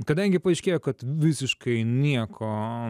kadangi paaiškėjo kad visiškai nieko